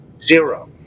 Zero